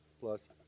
plus